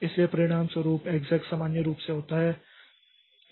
इसलिए परिणामस्वरूप एक्सेक् सामान्य रूप से होता है